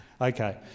Okay